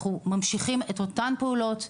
אנחנו ממשיכים את אותן הפעולות,